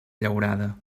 llaurada